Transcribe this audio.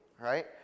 Right